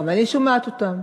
גם אני שומעת אותם,